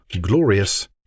Glorious